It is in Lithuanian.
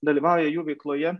dalyvauja jų veikloje